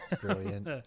Brilliant